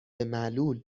معلول